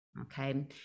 okay